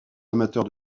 amateur